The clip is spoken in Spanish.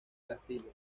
castillo